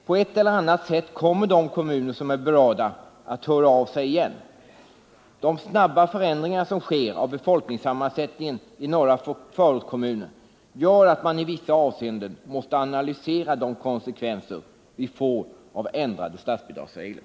På ett eller annat sätt kommer de kommuner som är berörda att höra av sig igen. De snabba förändringar i befolkningssammansättningen som sker i vissa förortskommuner gör att man i vissa avseenden måste analysera de konsekvenser vi får till följd av ändrade statsbidragsregler.